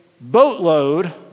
boatload